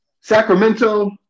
Sacramento